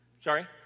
Sorry